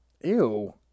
Ew